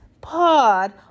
pod